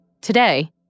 Today